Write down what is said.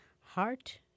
Heart